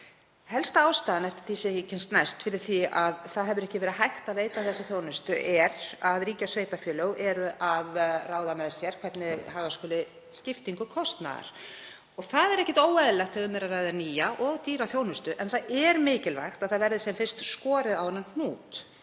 Helsta ástæðan, eftir því sem ég kemst næst, fyrir því að ekki hefur verið hægt að veita þessa þjónustu er að ríki og sveitarfélög eru að ráða með sér hvernig haga skuli skiptingu kostnaðar. Það er ekkert óeðlilegt þegar um er að ræða nýja og dýra þjónustu en það er mikilvægt að það verði sem fyrst höggvið á þann hnút.